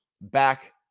back